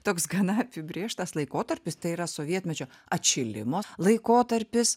toks gana apibrėžtas laikotarpis tai yra sovietmečio atšilimo laikotarpis